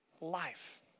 life